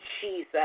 Jesus